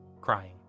crying